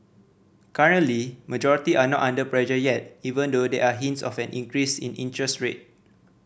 currently majority are not under pressure yet even though there are hints of an increase in interest rate